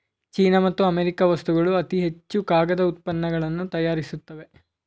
China ಮತ್ತು America ವಸ್ತುಗಳು ಅತಿ ಹೆಚ್ಚು ಕಾಗದ ಉತ್ಪನ್ನಗಳನ್ನು ತಯಾರಿಸುತ್ತವೆ